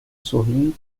sorriem